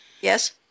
Yes